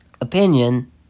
opinion